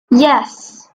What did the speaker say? yes